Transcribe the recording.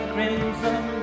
Crimson